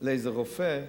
איזה רופא,